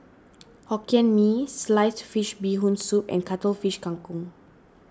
Hokkien Mee Sliced Fish Bee Hoon Soup and Cuttlefish Kang Kong